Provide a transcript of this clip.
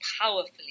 Powerfully